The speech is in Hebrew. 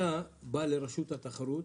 אתה בא לרשות התחרות,